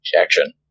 action